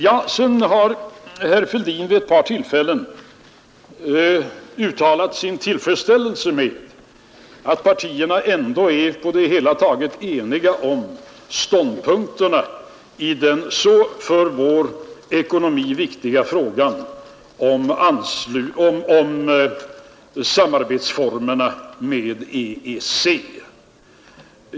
Sedan uttalade herr Fälldin vid ett par tillfällen sin tillfredsställelse med att partierna nu ändå på det hela taget är eniga om ståndpunkterna i den för vår ekonomi så viktiga frågan om samarbetsformerna med EEC.